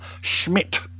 Schmidt